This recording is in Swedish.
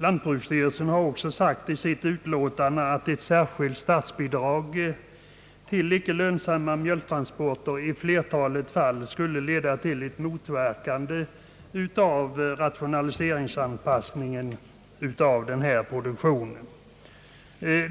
Lantbruksstyrelsen har också sagt i sitt yttrande, att ett särskilt statsbidrag till icke lönsamma mjölktransporter i flertalet fall skulle motverka en rationell anpassning av produktionen.